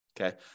Okay